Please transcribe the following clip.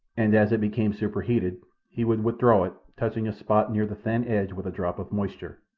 and as it became superheated he would withdraw it, touching a spot near the thin edge with a drop of moisture.